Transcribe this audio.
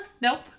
nope